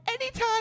Anytime